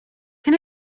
can